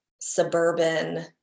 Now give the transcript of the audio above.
suburban